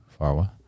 Farwa